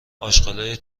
آشغالای